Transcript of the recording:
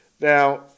Now